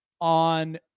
on